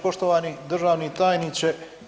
Poštovani državni tajniče.